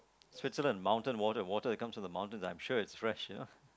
Switzerland mountain water water comes from the mountain I'm sure it's fresh you know